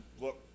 look